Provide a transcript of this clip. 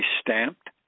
stamped